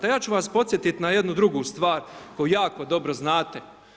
Ja ću vas podsjetiti na jednu drugu stvar koju jako dobro znate.